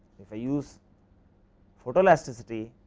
if i use photo elasticity,